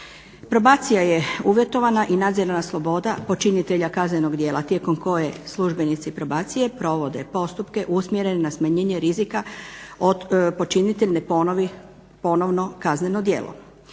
Probacija je uvjetovana i nadzirana sloboda počinitelja kaznenog djela tijekom koje službenici probacije provode postupke usmjerene na smanjenje rizika da počinitelj ne ponovi ponovno kazneno djelo.